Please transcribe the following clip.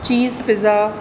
cheese pizza